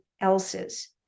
else's